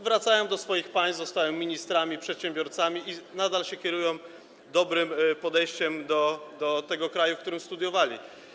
Wracają do swoich państw, zostają ministrami, przedsiębiorcami i nadal się wykazują dobrym podejściem do tego kraju, w którym studiowali.